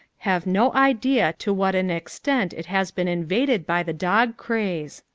have no idea to what an extent it has been invaded by the dog craze.